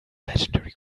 legendary